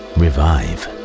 revive